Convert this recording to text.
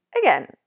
again